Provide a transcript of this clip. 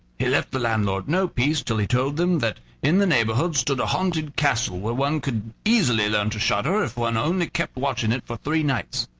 he left the landlord no peace till he told him that in the neighborhood stood a haunted castle, where one could easily learn to shudder if one only kept watch in it for three nights.